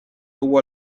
tuvo